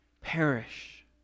perish